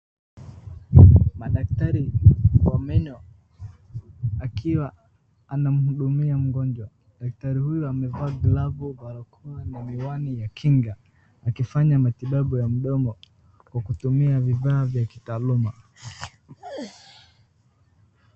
Madaktari wa meno akiwa anamhudumia mgonjwa. Daktari huyu amevaa glavu, barakoa na miwani ya kinga akifanya matibabu ya mdomo kwa kutumia vifaa vya kitaaluma.